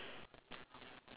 the it's next to the ice-cream